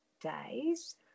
days